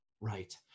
Right